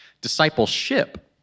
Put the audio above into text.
Discipleship